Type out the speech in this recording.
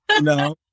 no